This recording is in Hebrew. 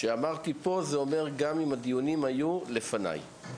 כשאמרתי פה, זה אומר גם הדיונים שהיו לפניי.